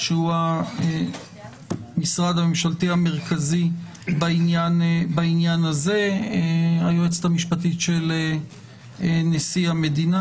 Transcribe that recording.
שהוא המשרד הממשלתי המרכזי בעניין הזה; היועצת המשפטית של נשיא המדינה,